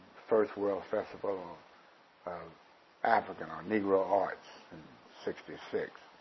first world festival of african or negro arts in sixty six.